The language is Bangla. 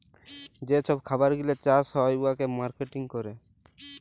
যে ছব খাবার গিলা চাষ হ্যয় উয়াকে মার্কেটিং ক্যরে